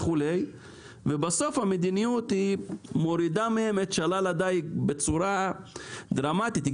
ובסוף המדיניות מורידה מן הדייגים את שלל הדיג בצורה דרמטית.